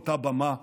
לאותה במה,